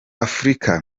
afurika